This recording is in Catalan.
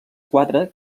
quatre